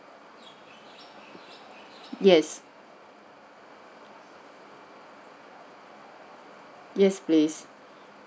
yes yes please